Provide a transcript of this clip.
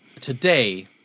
today